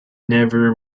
never